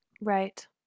right